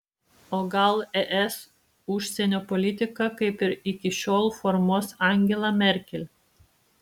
o gal es užsienio politiką kaip ir iki šiol formuos angela merkel